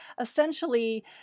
essentially